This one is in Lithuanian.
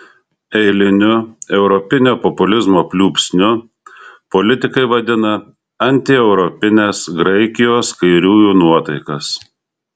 eiliniu europinio populizmo pliūpsniu politikai vadina antieuropines graikijos kairiųjų nuotaikas